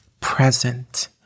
present